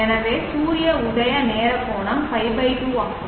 எனவே சூரிய உதய நேர கோணம் π 2 ஆகும்